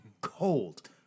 Cold